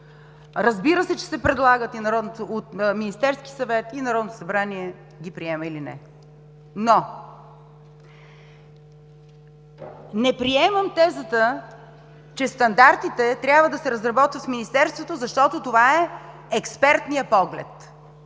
от Министерския съвет и Народното събрание ги приема или не, но не приемам тезата, че стандартите трябва да се разработват в Министерството, защото това е експертният поглед.